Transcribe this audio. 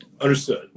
understood